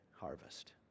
harvest